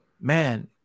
man